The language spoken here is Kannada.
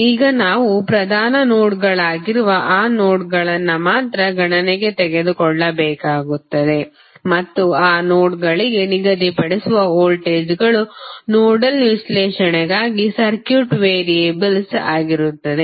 ಈಗ ನಾವು ಪ್ರಧಾನ ನೋಡ್ಗಳಾಗಿರುವ ಆ ನೋಡ್ಗಳನ್ನು ಮಾತ್ರ ಗಣನೆಗೆ ತೆಗೆದುಕೊಳ್ಳಬೇಕಾಗುತ್ತದೆ ಮತ್ತು ಆ ನೋಡ್ಗಳಿಗೆ ನಿಗದಿಪಡಿಸುವ ವೋಲ್ಟೇಜ್ಗಳು ನೋಡಲ್ ವಿಶ್ಲೇಷಣೆಗಾಗಿ ಸರ್ಕ್ಯೂಟ್ ವೇರಿಯಬಲ್ಸ್ ಆಗಿರುತ್ತವೆ